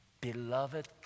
beloved